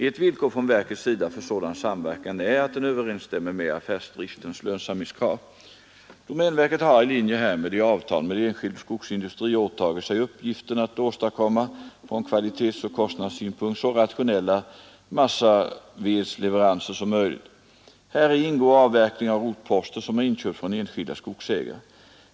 Ett villkor från verkets sida sdriftens för sådan samverkan är att den överensstämmer med affä lönsamhetskrav. Domänverket har i linje härmed i avtal med enskild skogsindustri åtagit sig uppgiften att åstadkomma från kvalitetsoch kostnadssynpunkt så rationella massavedsleveranser som möjligt. Häri ingår avverkning av rotposter som har inköpts från enskilda skogsägare.